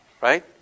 Right